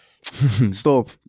stop